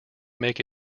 make